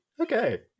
Okay